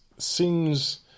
seems